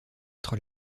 être